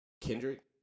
Kendrick